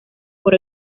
por